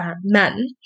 men